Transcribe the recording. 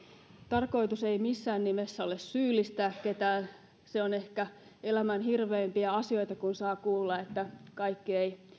tarkoitus ei missään nimessä ole syyllistää ketään se on ehkä elämän hirveimpiä asioita kun saa kuulla että kaikki ei